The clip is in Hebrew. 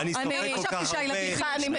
גם אני חשבתי שהילדים שלי לא מעשנים.